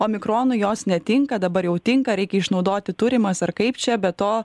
omikronui jos netinka dabar jau tinka reikia išnaudoti turimas ar kaip čia be to